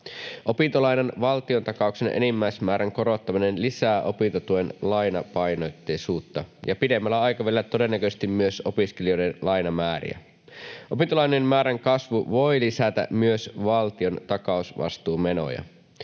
Opintolainan valtiontakauksen enimmäismäärän korottaminen lisää opintotuen lainapainotteisuutta ja pidemmällä aikavälillä todennäköisesti myös opiskelijoiden lainamääriä. Opintolainojen määrän kasvu voi lisätä myös valtion takausvastuumenoja.